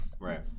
Right